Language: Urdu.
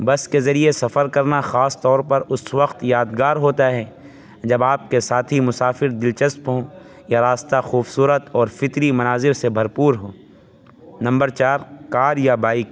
بس کے ذریعہ سفر کرنے کا خاص طور پر اس وقت یادگار ہوتا ہے جب آپ کے ساتھ مسافر دلچسپ ہوں یا راستہ خوبصورت فطری مناظر سے بھرپور ہوں نمبر چار کار یا بائک